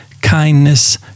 kindness